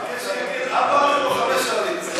שיגיד ארבע ערים או חמש ערים.